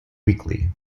weekly